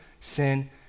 sin